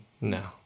no